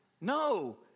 no